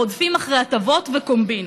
רודפים אחרי הטבות וקומבינות.